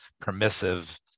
permissive